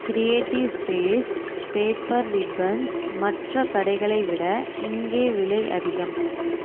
creative space paper ribbons மற்ற கடைகளை விட இங்கே விலை அதிகம்